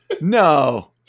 No